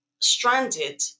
stranded